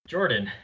Jordan